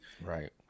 Right